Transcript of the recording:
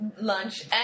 lunch